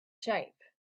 shape